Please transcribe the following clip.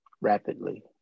rapidly